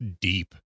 deep